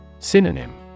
Synonym